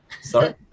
Sorry